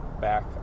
back